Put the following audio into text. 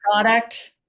product